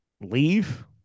leave